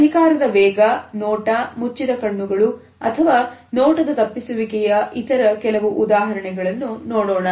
ಅಧಿಕಾರದ ವೇಗ ನೋಟ ಮುಚ್ಚಿದ ಕಣ್ಣುಗಳು ಅಥವಾ ನೋಟದ ತಪ್ಪಿಸುವಿಕೆಯ ಇತರ ಕೆಲವು ಉದಾಹರಣೆಗಳನ್ನು ನೋಡೋಣ